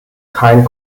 kein